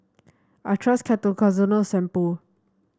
I trust Ketoconazole Shampoo